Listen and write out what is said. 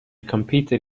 competed